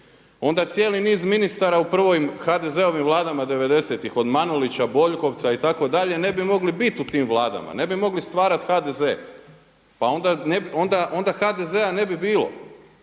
Onda cijeli niz ministara u prvim, HDZ-ovim Vladama '90.-tih od Manulića, Boljkovca itd., ne bi mogli biti u tim vladama, ne bi mogli stvarati HDZ. Pa onda HDZ-a ne bi bilo.